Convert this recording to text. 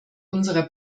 unserer